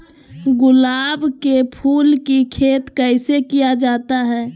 गुलाब के फूल की खेत कैसे किया जाता है?